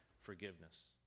forgiveness